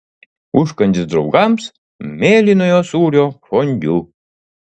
užkandis draugams mėlynojo sūrio fondiu